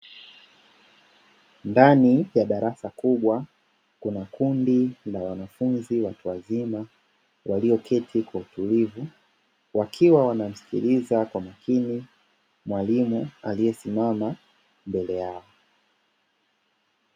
Ndani ya darasa kubwa kuna kundi la wanafunzi watu wazima walioketi kwa utulivu, wakiwa wanamsikiliza kwa makini mwalimu aliyesimama mbele yao.